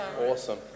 Awesome